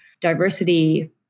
diversity